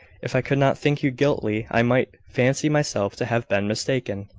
if i could not think you guilty, i might fancy myself to have been mistaken.